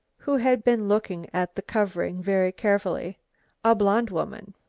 who had been looking at the covering very carefully a blond woman.